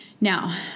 Now